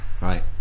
Right